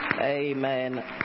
Amen